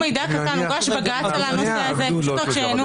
נניח --- לעוד שלושה חודשים.